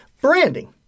Branding